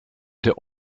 der